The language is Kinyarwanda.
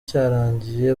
cyarangiye